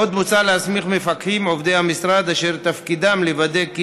עוד מוצע להסמיך מפקחים עובדי המשרד אשר תפקידם לוודא כי